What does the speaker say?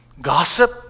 Gossip